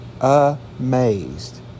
amazed